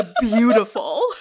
beautiful